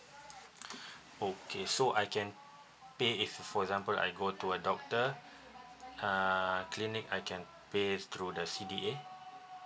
okay so I can pay if for example I go to a doctor uh clinic I can pay through the C_D_A